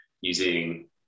using